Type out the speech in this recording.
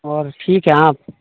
اور ٹھیک ہیں آپ